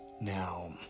now